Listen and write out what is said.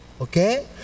Okay